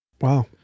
wow